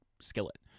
skillet